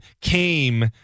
came